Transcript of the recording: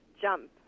jump